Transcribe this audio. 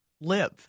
live